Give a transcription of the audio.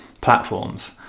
platforms